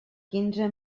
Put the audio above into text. quinze